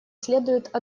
следует